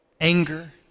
anger